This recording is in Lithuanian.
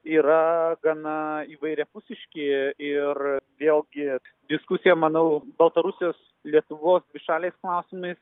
yra gana įvairiapusiški ir vėlgi diskusija manau baltarusijos lietuvos dvišaliais klausimais